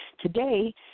Today